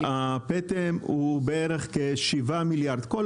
הפטם הוא כשבעה מיליארד מתוך 32,